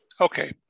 okay